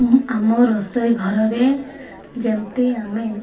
ଆମ ରୋଷେଇ ଘରରେ ଯେମିତି ଆମେ